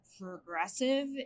Progressive